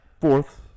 fourth